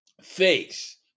Face